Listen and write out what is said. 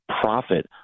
profit